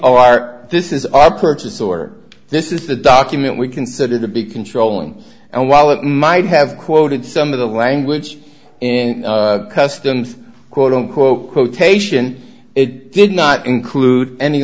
are this is our purpose or this is the document we consider to be controlling and while it might have quoted some of the language customs quote unquote quotation it did not include any